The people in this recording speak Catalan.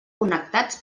connectats